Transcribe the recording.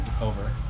over